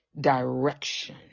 direction